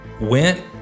went